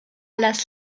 las